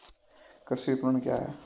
कृषि विपणन क्या है?